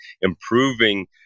improving